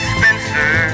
Spencer